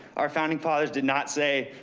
our founding fathers did not say,